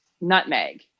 nutmeg